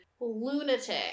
Lunatic